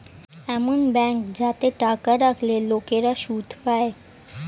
এমন ব্যাঙ্ক যাতে টাকা রাখলে লোকেরা সুদ পায়